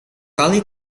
kali